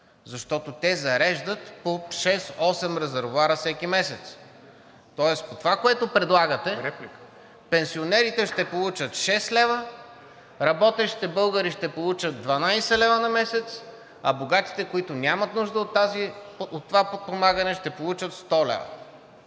защото зареждат по шест-осем резервоара всеки месец, тоест по това, което предлагате, пенсионерите ще получат 6 лв., работещите българи ще получат 12 лв. на месец, а богатите, които нямат нужда от това подпомагане, ще получат 100 лв.